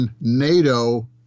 NATO